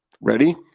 ready